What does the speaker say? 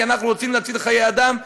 כי אנחנו רוצים להציל חיי אדם,